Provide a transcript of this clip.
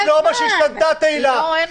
נורמה שהשתנתה, תהלה.